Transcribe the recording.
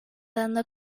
dando